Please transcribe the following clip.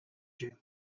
you